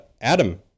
Adam